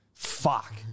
Fuck